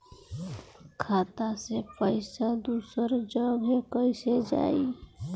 खाता से पैसा दूसर जगह कईसे जाई?